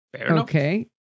Okay